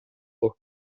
por